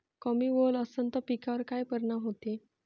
कमी ओल असनं त पिकावर काय परिनाम होते?